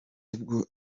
ubwo